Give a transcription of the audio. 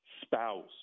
spouse